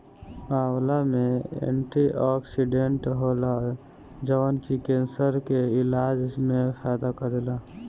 आंवला में एंटीओक्सिडेंट होला जवन की केंसर के इलाज में फायदा करेला